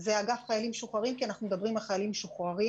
זה אגף חיילים משוחררים כי אנחנו מדברים על חיילים משוחררים.